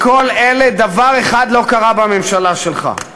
מכל אלה דבר אחד לא קרה בממשלה שלך.